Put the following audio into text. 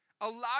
allow